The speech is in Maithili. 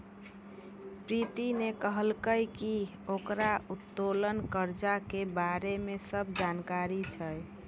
प्रीति ने कहलकै की ओकरा उत्तोलन कर्जा के बारे मे सब जानकारी छै